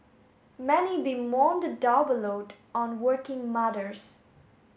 many bemoan the double load on working mothers